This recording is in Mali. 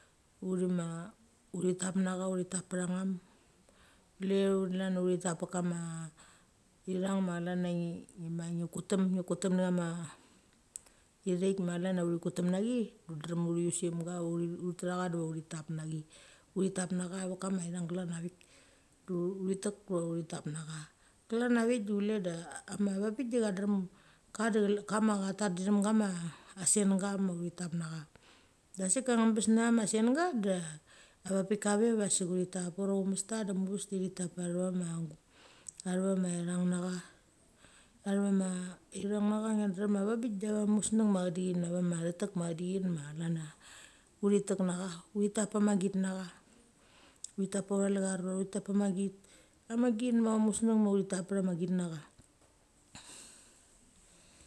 Uthi ma uthi tap necha uthi tap pechanam. De chule chlan ia uthi tap pe kama ithang ma chlan cha ngi kutem, ngi kutem necha ma i thet ma chlan cha uthi kutem na chi. Ut drem ut tetha diva uthi tap necchi. Uthi tap necha ve kama ithang klan avik du uthi tek ura uthi tap necha. Klan a vik de chule de kama veng bik de cha drem ka de chlan kama ta drem kama asenga ma uthi tap necha. Da sik a bes necha ma senga da, a bik kave ve sik uthi tap ura aumesta de muchaves de thi tap pechave ma tha ve mathang necha. Atheve ma, thang nge drem cha a veng bik de ave musang machedechen a ve ma the tek ma chedechen ma chlan cha uthi tek necha. Uthi tap pa na ma git necha. Uthi tap pa utha lechar ura uthi tap pa ma git. A ma git ma museng ma uthi tap pecha ma git necha.